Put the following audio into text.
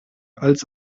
als